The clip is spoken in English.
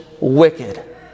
wicked